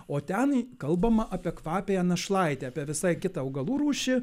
o ten kalbama apie kvapiąją našlaitę apie visai kitą augalų rūšį